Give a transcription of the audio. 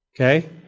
Okay